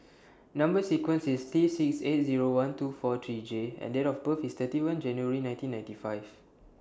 Number sequence IS T six eight Zero one two four three J and Date of birth IS thirty one January nineteen ninety five